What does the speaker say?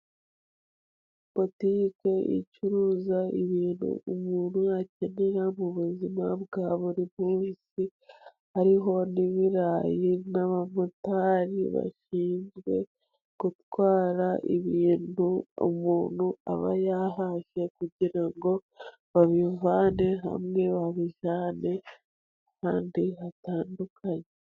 Botike icuruza ibintu, umuntu akenera mu buzima bwa buri bumsi, hari n'ibirayi n'abamotari bashinzwe gutwara ibintu, umuntu aba yahashye, kugira ngo babimvane hamwe babijyane n'ahandi hatandukanye.